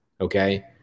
Okay